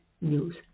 news